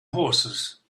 horses